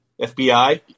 FBI